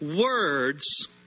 words